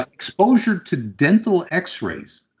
ah exposure to dental x-rays,